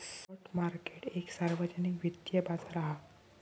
spot market एक सार्वजनिक वित्तिय बाजार हा